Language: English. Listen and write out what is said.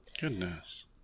Goodness